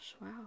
Wow